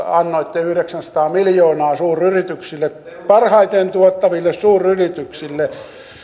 annoitte yhdeksänsataa miljoonaa suuryrityksille parhaiten tuottaville suuryrityksille